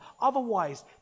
Otherwise